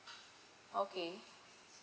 okay